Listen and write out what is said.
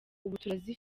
imbaraga